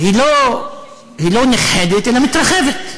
היא לא נכחדת, אלא מתרחבת.